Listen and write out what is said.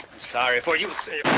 sorry for you.